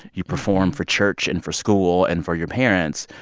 you perform for church and for school and for your parents,